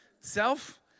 Self